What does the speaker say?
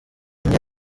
undi